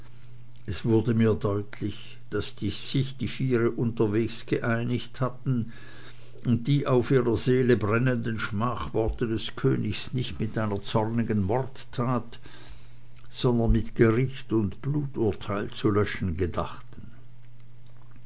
es wurde mir deutlich daß sich die viere unterwegs geeinigt hatten und die auf ihrer seele brennenden schmachworte des königs nicht mit einer zornigen mordtat sondern mit gericht und bluturteil zu löschen gedachten